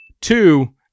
Two